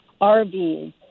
RVs